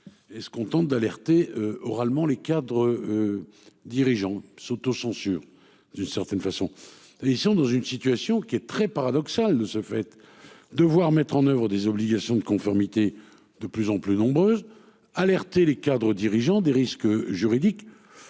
Et se contentent d'alerter oralement les cadres. Dirigeants s'autocensurent, d'une certaine façon ils sont dans une situation qui est. Très paradoxal ne se fait de voir mettre en oeuvre des obligations de conformité de plus en plus nombreuses alerter les cadres dirigeants des risques juridiques